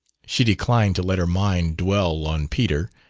she declined to let her mind dwell on peter.